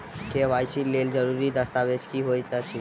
KYC लेल जरूरी दस्तावेज की होइत अछि?